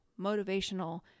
motivational